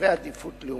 אזורי עדיפות לאומית.